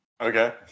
Okay